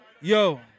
Yo